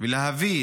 ולהביא